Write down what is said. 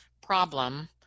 problem